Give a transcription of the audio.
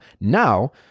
now